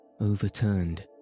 overturned